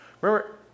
Remember